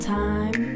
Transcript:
time